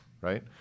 right